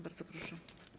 Bardzo proszę.